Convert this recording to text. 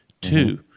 Two